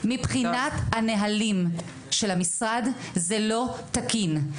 מבחינת הנהלים של המשרד זה לא תקין.